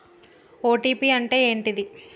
OTP అంటే ఏంటిది?